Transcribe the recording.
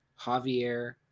Javier